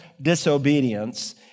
disobedience